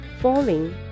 falling